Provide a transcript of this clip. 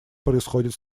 происходят